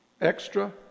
extra